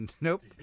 Nope